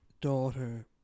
daughter